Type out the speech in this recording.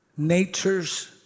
Nature's